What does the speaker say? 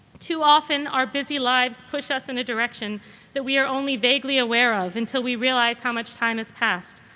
too often, our busy lives push us in a direction that we are only vaguely aware of until we realize how much time has passed.